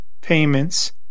payments